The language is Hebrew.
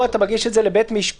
פה אתה מגיש את זה לבית משפט,